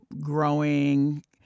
growing